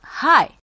hi